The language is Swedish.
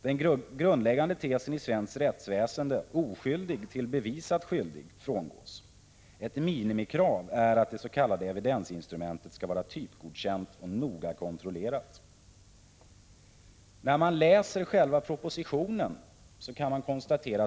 Den grundläggande tesen i svenskt rättsväsende, oskyldig tills bevisat skyldig, frångås. Ett minimikrav är att det s.k. evidensinstrumentet skall vara typgodkänt och noga kontrollerat.